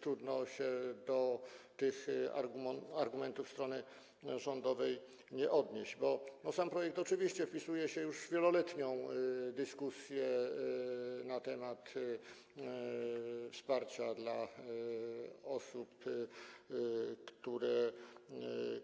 Trudno się do tych argumentów strony rządowej nie odnieść, bo sam projekt oczywiście wpisuje się w już wieloletnią dyskusję na temat wsparcia dla osób,